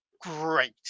great